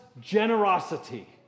generosity